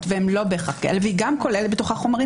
והן לא בהכרח כאלה והיא גם כוללת בתוכה חומרים